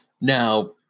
Now